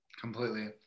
Completely